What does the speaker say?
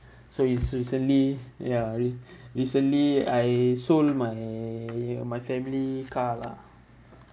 so it's recently ya re~ recently I sold my my family car lah